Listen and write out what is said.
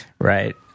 Right